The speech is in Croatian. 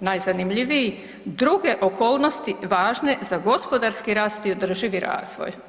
najzanimljiviji „druge okolnosti važne za gospodarski rast i održivi razvoj“